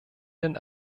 den